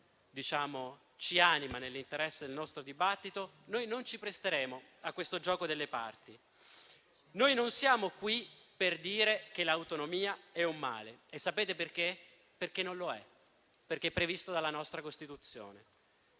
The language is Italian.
ci animano, nell'interesse del nostro dibattito, noi non ci presteremo a questo gioco delle parti. Noi non siamo qui per dire che l'autonomia è un male e sapete perché? Perché non lo è, perché è prevista dalla nostra Costituzione.